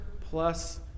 plus